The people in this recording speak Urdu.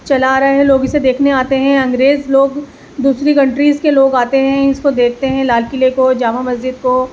چلا آ رہا ہے لوگ اسے دیکھنے آتے ہیں انگریز لوگ دوسری کنٹریز کے لوگ آتے ہیں اس کو دیکھتے ہیں لال قلعے کو جامع مسجد کو